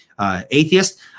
atheist